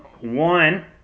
One